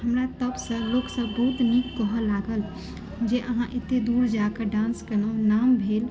हमरा तबसँ लोकसभ बहुत नीक कहय लागल जे अहाँ एतेक दूर जा कऽ डान्स केलहुँ नाम भेल